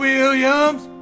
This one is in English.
Williams